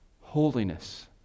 Holiness